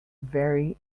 very